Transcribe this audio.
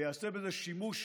ויעשה בזה שימוש